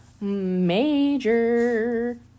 major